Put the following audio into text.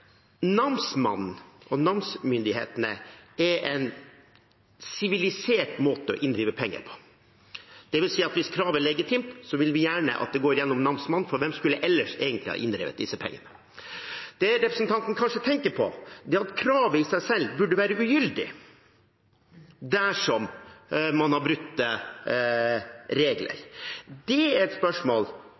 Namsmannen og namsmyndighetene er en sivilisert måte å inndrive penger på. Det vil si at hvis kravet er legitimt, vil vi gjerne at det går gjennom namsmannen, for hvem skulle ellers egentlig ha inndrevet disse pengene? Det representanten kanskje tenker på, er at kravet i seg selv burde være ugyldig dersom man har brutt regler. Det er et spørsmål